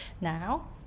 now